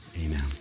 Amen